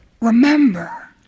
remember